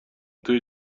توی